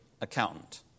accountant